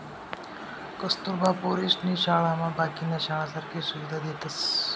कस्तुरबा पोरीसनी शाळामा बाकीन्या शाळासारखी सुविधा देतस